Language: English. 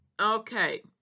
Okay